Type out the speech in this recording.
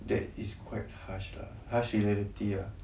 that is quite harsh lah harsh reality ah